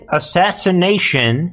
assassination